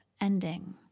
ending